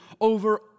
over